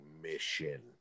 mission